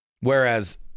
whereas